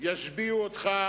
ישביעו אותך,